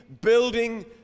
building